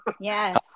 Yes